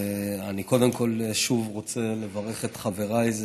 אני קודם כול שוב רוצה לברך את חבריי.